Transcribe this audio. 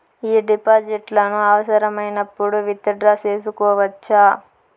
ఈ డిపాజిట్లను అవసరమైనప్పుడు విత్ డ్రా సేసుకోవచ్చా?